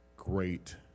great